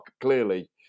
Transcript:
clearly